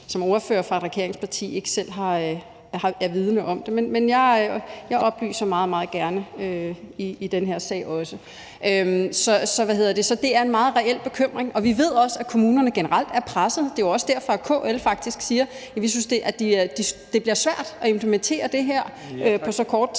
som ordfører fra et regeringsparti ikke selv er vidende om det. Men jeg oplyser meget, meget gerne i den her sag også. Så det er en meget reel bekymring, og vi ved også, at kommunerne generelt er pressede. Det er jo også derfor, at KL faktisk siger, at de synes, det bliver svært at implementere det her på så kort tid.